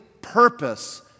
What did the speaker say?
purpose